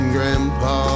Grandpa